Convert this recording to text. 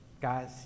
Guys